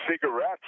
Cigarettes